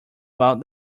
about